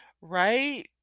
right